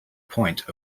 point